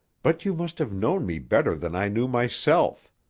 but you must have known me better than i knew myself.